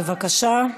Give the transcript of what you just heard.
בבקשה.